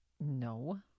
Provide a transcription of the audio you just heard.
no